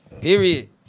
Period